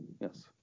Yes